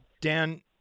Dan